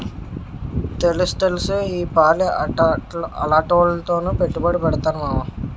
తెలుస్తెలుసు ఈపాలి అలాటాట్లోనే పెట్టుబడి పెడతాను మావా